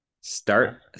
start